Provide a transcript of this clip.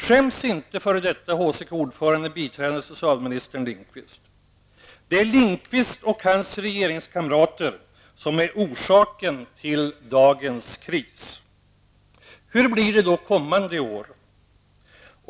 Skäms inte f.d. HCK-ordföranden, biträdande socialministern Lindqvist? Det är Lindqvist och hans regeringskamrater som är orsaken till dagens kris. Hur blir det då kommande år?